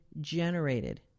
generated